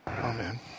Amen